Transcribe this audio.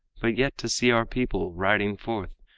but yet to see our people, riding forth,